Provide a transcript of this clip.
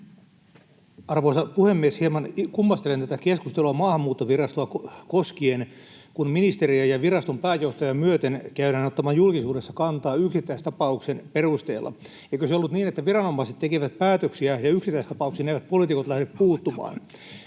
Arvoisa puhemies! Hieman kummastelen tätä keskustelua Maahanmuuttovirastoa koskien, kun ministerejä ja viraston pääjohtajaa myöten käydään ottamaan julkisuudessa kantaa yksittäistapauksen perusteella. Eikö se ollut niin, että viranomaiset tekevät päätöksiä ja yksittäistapauksiin eivät poliitikot lähde puuttumaan?